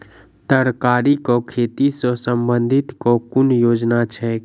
तरकारी केँ खेती सऽ संबंधित केँ कुन योजना छैक?